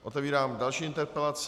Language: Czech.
Otevírám další interpelaci.